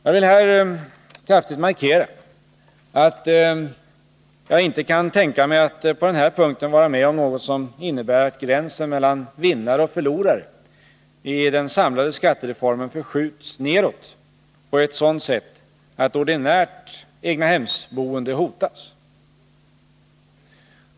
Jag vill här kraftigt markera att jag inte kan tänka mig att på den här punkten vara med om något som innebär att gränsen mellan ”vinnare” och ”förlorare” i den samlade skattereformen förskjuts nedåt på ett sådant sätt att ordinärt egnahemsboende hotas.